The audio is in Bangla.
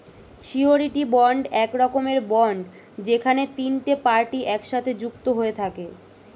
সিওরীটি বন্ড এক রকমের বন্ড যেখানে তিনটে পার্টি একসাথে যুক্ত হয়ে থাকে